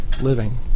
living